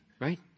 right